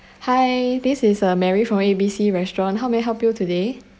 hi this is uh mary from a b c restaurant how may I help you today